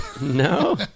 no